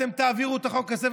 אתם תעבירו את החוק הזה,